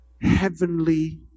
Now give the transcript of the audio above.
heavenly